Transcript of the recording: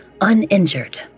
uninjured